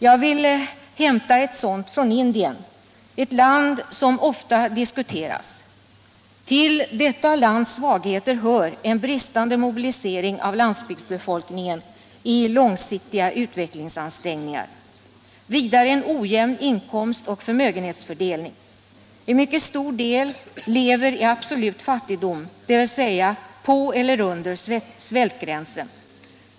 Jag skall hämta ett sådant från Indien, ett land som ofta diskuteras. Till detta lands svagheter hör en bristande mobilisering av landsbygdsbefolkningen i långsiktiga utvecklingsansträngningar; vidare en ojämn inkomst och förmögenhetsfördelning. En mycket stor del lever i absolut fattigdom, dvs. på eller under svältgränsen.